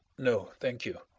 no, thank you.